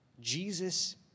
Jesus